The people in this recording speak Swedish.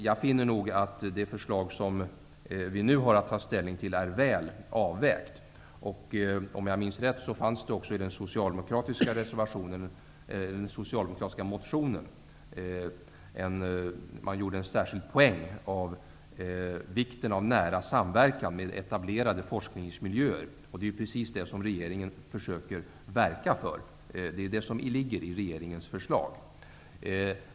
Jag finner att det förslag som vi nu har att ta ställning till är väl avvägt. Om jag minns rätt gjorde man också i den socialdemokratiska motionen en särskild poäng om vikten av en nära samverkan med etablerade forskningsmiljöer. Det är precis det som regeringen försöker verka för. Det är det som ligger i regeringens förslag.